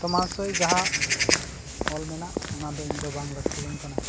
ᱛᱚᱢᱟ ᱥᱳᱭ ᱡᱟᱦᱟᱸ ᱚᱞ ᱢᱮᱱᱟᱜ ᱚᱱᱟ ᱫᱚ ᱤᱧ ᱫᱚ ᱵᱟᱝ ᱞᱟᱹᱠᱛᱤ ᱵᱟᱹᱧ ᱠᱟᱱᱟ